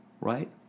right